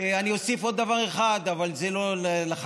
אני אוסיף עוד דבר אחד, אבל זה לא לחקיקה.